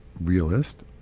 realist